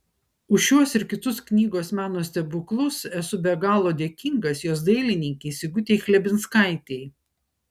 už šiuos ir kitus knygos meno stebuklus esu be galo dėkingas jos dailininkei sigutei chlebinskaitei